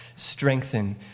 strengthen